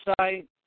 site